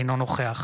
אינו נוכח